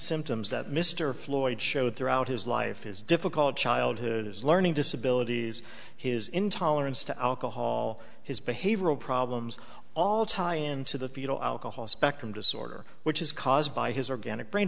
symptoms that mr floyd showed throughout his life is difficult childhood is learning disabilities his intolerance to alcohol his behavioral problems all tie into the fetal alcohol spectrum disorder which is caused by his organic brain